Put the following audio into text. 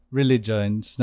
religions